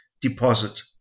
deposit